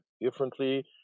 differently